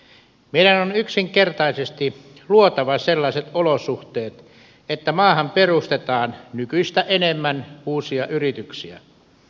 meidän on yksinkertaisesti luotava sellaiset olosuhteet että maahan perustetaan nykyistä enemmän uusia yrityksiä